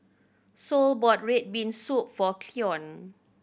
Sol bought red bean soup for Cleon